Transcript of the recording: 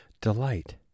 delight